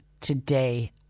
today